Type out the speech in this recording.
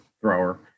thrower